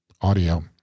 audio